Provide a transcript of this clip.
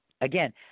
Again